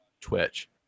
Twitch